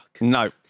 no